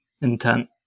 intent